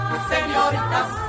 señoritas